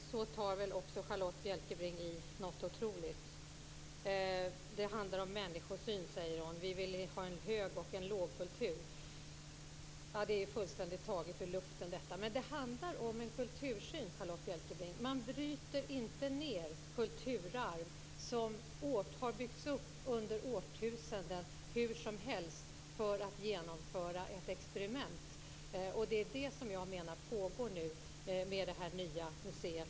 Där tar Charlotta Bjälkebring i otroligt. Hon säger att det handlar om människosyn och att vi vill ha en hög och lågkultur. Det är fullständigt taget ur luften. Det handlar om en kultursyn, Charlotta Bjälkebring. Man bryter inte ned kulturarv som har byggts upp under årtusenden hur som helst för att genomföra ett experiment. Jag menar att det är det som sker med det nya museet.